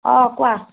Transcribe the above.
অ কোৱা